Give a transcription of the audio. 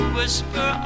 whisper